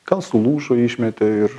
gal sulūžo išmetė ir